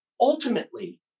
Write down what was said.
ultimately